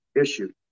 issue